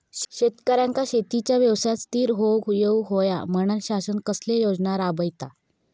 शेतकऱ्यांका शेतीच्या व्यवसायात स्थिर होवुक येऊक होया म्हणान शासन कसले योजना राबयता?